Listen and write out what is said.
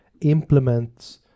implement